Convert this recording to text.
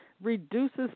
reduces